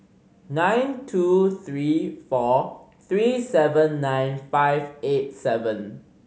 nine two three four three seven nine five eight seven